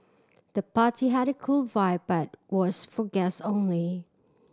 the party had a cool vibe but was for guests only